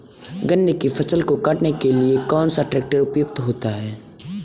गन्ने की फसल को काटने के लिए कौन सा ट्रैक्टर उपयुक्त है?